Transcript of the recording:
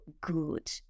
good